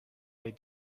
they